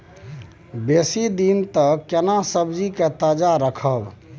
बेसी दिन तक केना सब्जी के ताजा रखब?